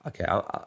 okay